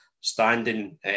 standing